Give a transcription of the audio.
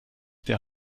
der